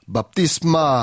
Baptisma